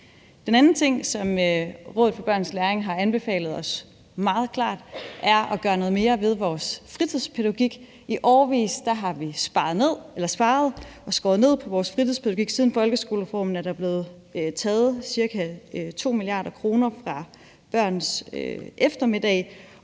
Rådet for Børns Læring har anbefalet os meget klart, er at gøre noget mere ved vores fritidspædagogik. I årevis har vi sparet og skåret ned på vores fritidspædagogik. Siden folkeskolereformen er der blevet taget ca. 2 mia. kr. fra børns eftermiddage,